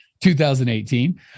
2018